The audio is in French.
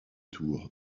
tour